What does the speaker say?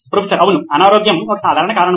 professor అవును అనారోగ్యం ఒక సాధారణ కారణం